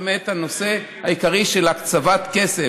באמת, הנושא העיקרי של הקצבת כסף.